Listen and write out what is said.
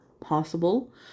possible